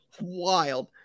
wild